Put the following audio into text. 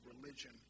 religion